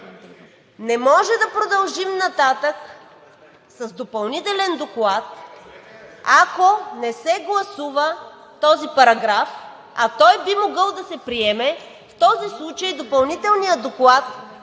Не може да продължим нататък с допълнителния доклад, ако не се гласува този § 13, а той би могъл да се приеме. В този случай допълнителният доклад